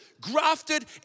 grafted